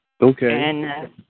Okay